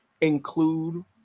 include